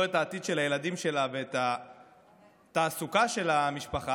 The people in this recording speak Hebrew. את העתיד של הילדים שלה ואת התעסוקה של המשפחה,